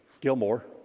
Gilmore